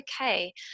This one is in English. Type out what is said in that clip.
okay